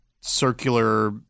circular